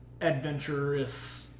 adventurous